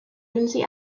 lindsey